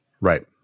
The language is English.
Right